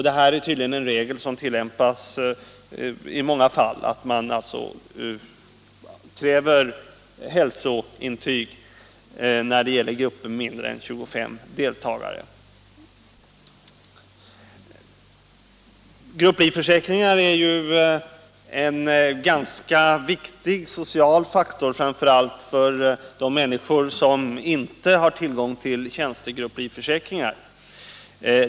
Det är tydligen en regel som tillämpas i många fall att man kräver hälsointyg när det gäller grupper under 25 deltagare. Grupplivförsäkringar är ju en ganska viktig social faktor, framför allt för de människor som inte har tillgång till tjänstegrupplivförsäkringar.